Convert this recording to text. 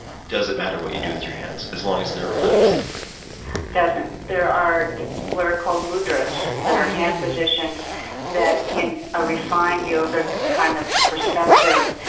does it matter what you do with your hands as long as they're relaxed? it doesn't. there are what are called mudras that are hand positions that, in a refined yoga kind of perspective,